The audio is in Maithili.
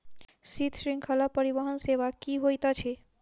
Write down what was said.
शीत श्रृंखला परिवहन सेवा की होइत अछि?